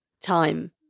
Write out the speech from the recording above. time